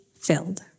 filled